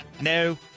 No